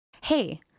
Hey